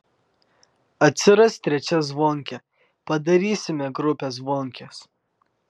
atsiras trečia zvonkė padarysime grupę zvonkės